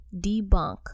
debunk